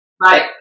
Right